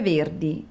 Verdi